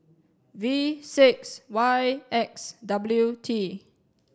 V six Y X W T